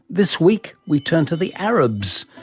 this week we turn to the arabs.